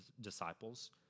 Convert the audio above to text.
disciples